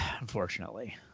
Unfortunately